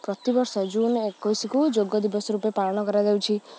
ପ୍ରତି ବର୍ଷ ଜୁନ ଏକୋଇଶକୁ ଯୋଗ ଦିବସ ରୂପେ ପାଳନ କରାଯାଉଛି